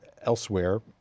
elsewhere